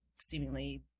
seemingly